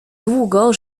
długo